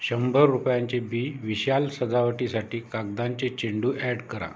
शंभर रुपयांचे बी विशाल सजावटीसाठी कागदांचे चेंडू ॲड करा